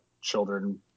children